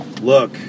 look